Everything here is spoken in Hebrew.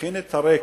מכין את הרקע,